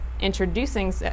introducing